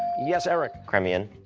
yes, erek. crimean.